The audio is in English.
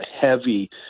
heavy